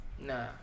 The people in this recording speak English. Nah